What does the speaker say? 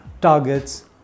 targets